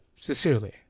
Sincerely